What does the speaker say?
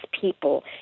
people